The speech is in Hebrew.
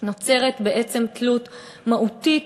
נוצרת בעצם תלות מהותית,